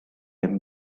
him